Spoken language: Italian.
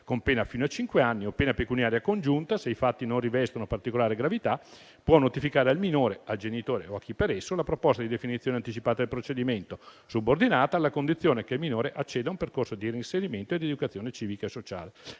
con pena fino a cinque anni o pena pecuniaria congiunta e se i fatti non rivestono particolare gravità, può notificare al minore, al genitore o a chi per esso una proposta di definizione anticipata del procedimento, subordinata alla condizione che il minore acceda a un percorso di reinserimento e di educazione civica e sociale.